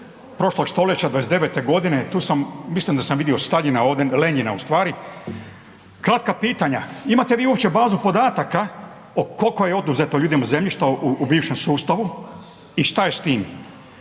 prošlog stoljeća '29.-te godine, tu sam, mislim da sam vidio Staljina ovdje, Lenjina ustvari. Kratka pitanja, imate li vi uopće bazu podataka koliko je oduzeto ljudima zemljišta u bivšem sustavu i šta je s time.